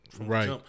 Right